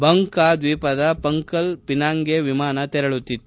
Bangka ದ್ವೀಪದ ಪಂಗ್ಕಲ್ ಪಿನಾಂಗ್ಗೆ ವಿಮಾನ ತೆರಳುತಿತ್ತು